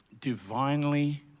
divinely